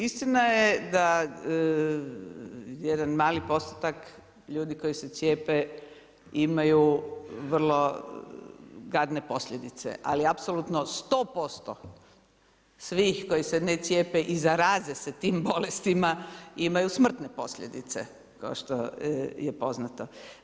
Istina je da jedan mali postotak ljudi koji se cijepe imaju vrlo gadne posljedice, ali apsolutno 100% svih koji se ne cijepe i zaraze se tim bolestima imaju smrtne posljedice kao što je poznato.